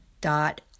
dot